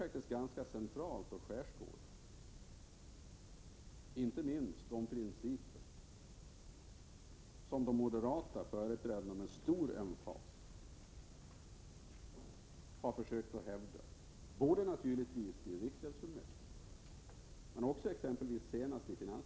Det är en ganska central uppgift att skärskåda hur den hanteras, och inte minst de principer som de moderata företrädarna med stor emfas naturligtvis försökt hävda i riksgäldsfullmäktige och nu senast under finansdebatten i mars.